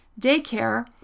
daycare